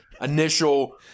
initial